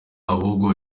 ahubwo